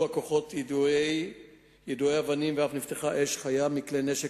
הכוחות יידויי אבנים ואף נפתחה אש חיה מכלי נשק